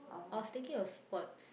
I was thinking of sports